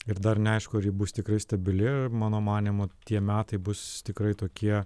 ir dar neaišku ar ji bus tikrai stabili mano manymu tie metai bus tikrai tokie